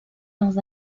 dans